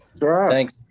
Thanks